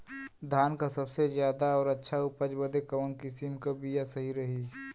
धान क सबसे ज्यादा और अच्छा उपज बदे कवन किसीम क बिया सही रही?